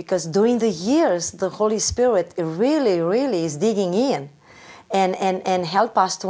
because during the years the holy spirit really really is digging in and help us to